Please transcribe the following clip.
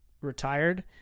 retired